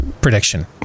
prediction